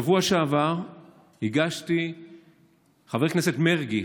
בשבוע שעבר חבר הכנסת מרגי,